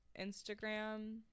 Instagram